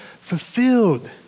fulfilled